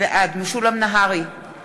בעד משולם נהרי,